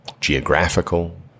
geographical